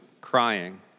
crying